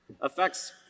affects